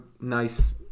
nice